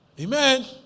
Amen